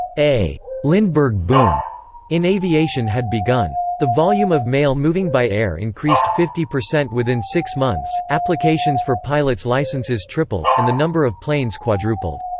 a lindbergh boom in aviation had begun. the volume of mail moving by air increased fifty percent within six months, applications for pilots' licenses tripled, and the number of planes quadrupled.